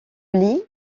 lee